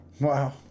wow